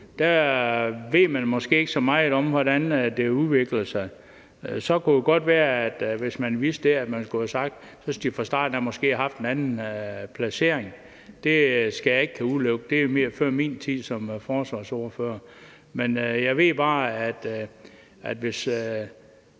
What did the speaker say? ved man måske ikke så meget om, hvordan det udvikler sig. Hvis man vidste det, kunne det jo godt være, at man måske fra starten af skulle have sagt, at de skulle have haft en anden placering. Det skal jeg ikke kunne udelukke. Det er før min tid som forsvarsordfører, men jeg ved bare, at hvis